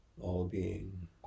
All-Being